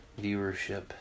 viewership